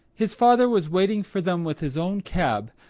his father was waiting for them with his own cab,